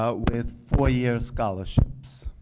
ah with four year scholarships.